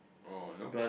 oh nope